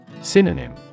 Synonym